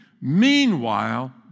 Meanwhile